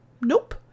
Nope